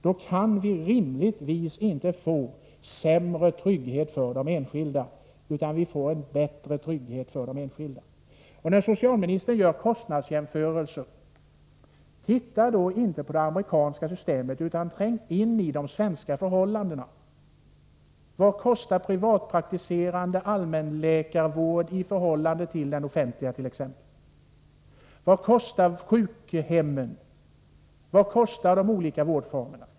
Det kan rimligtvis inte innebära en minskad trygghet för de enskilda, utan de får en ökad trygghet. Socialministern gör också kostnadsjämförelser. Men se då inte på det amerikanska systemet, utan träng in i de svenska förhållandena! Vad kostar den privata allmänläkarvården i förhållande till den offentliga t.ex.? Vad kostar sjukhemmen? Vad kostar de olika vårdformerna?